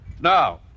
Now